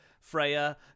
Freya